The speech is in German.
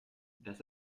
das